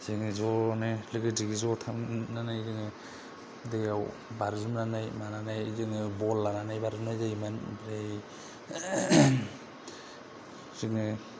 जोङो ज'नो लोगो दिगि ज' थांनानै जोङो दैयाव बाज्रुमनानै मानानै जोङो बल लानानै बाज्रुमनाय जायोमोन ओमफ्राय जोङो